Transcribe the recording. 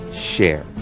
share